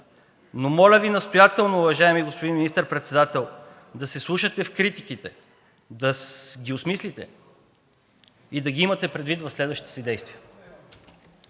но моля Ви настоятелно, уважаеми господин Министър-председател, да се вслушате в критиките, да ги осмислите и да ги имате предвид в следващите си действия.